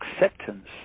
acceptance